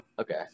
Okay